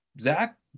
zach